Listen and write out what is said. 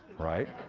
right?